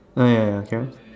ah ya ya carry on